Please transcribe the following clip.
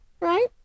right